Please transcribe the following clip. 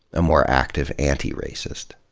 a more active anti-racist.